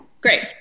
great